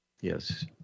Yes